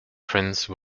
prince